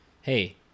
hey